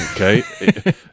Okay